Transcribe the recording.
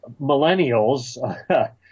millennials